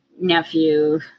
nephew